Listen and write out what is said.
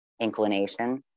inclination